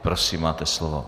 Prosím, máte slovo.